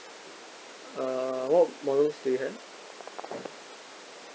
uh what models do you have